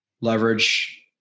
leverage